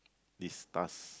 this task